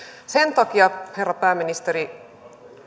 sen takia herra pääministeri